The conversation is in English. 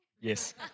Yes